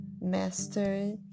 master